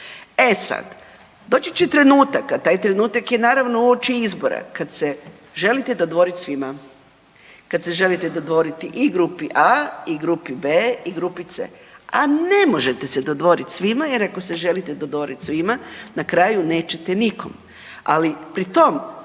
E sad, doći će trenutak, a taj trenutak je naravno uoči izbora kad se želite dodvoriti svima, kad se želite dodvoriti i grupi A i grupi B i grupi C, a ne možete se dodvoriti svima jer ako se želite dodvoriti svima na kraju nećete nikom,